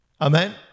Amen